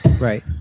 Right